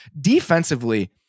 Defensively